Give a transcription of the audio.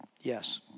Yes